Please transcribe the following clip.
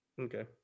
okay